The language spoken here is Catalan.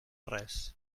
res